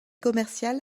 commerciale